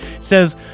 says